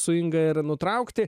su inga ir nutraukti